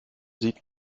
sieht